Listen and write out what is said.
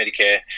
Medicare